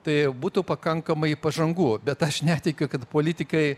tai būtų pakankamai pažangu bet aš netikiu kad politikai